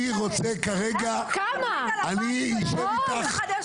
אני רוצה כרגע, אני אשב איתך על הכאב.